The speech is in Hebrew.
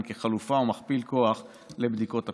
כחלופה וכמכפיל כוח לבדיקות ה-PCR.